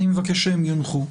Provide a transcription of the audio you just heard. אני מבקש שהם יונחו.